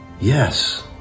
Yes